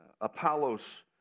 Apollos